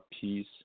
peace